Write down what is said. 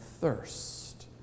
thirst